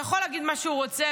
הוא יכול להגיד מה שהוא רוצה,